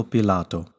Pilato